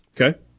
Okay